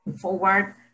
forward